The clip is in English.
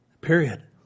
Period